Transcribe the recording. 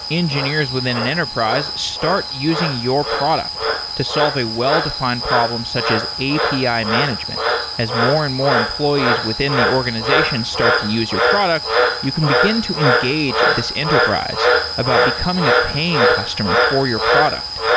engineers within an enterprise start using your product to solve a well-defined problem such as api ah management. as more and more employees within the organization start to use your product, you can begin to engage this enterprise about becoming a paying customer for your product.